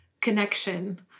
connection